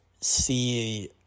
see